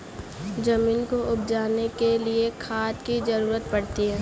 ज़मीन को उपजाने के लिए खाद की ज़रूरत पड़ती है